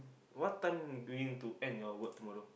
what time do you need to end your work tomorrow